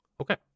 Okay